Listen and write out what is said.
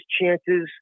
chances